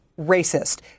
racist